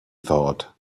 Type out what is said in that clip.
thought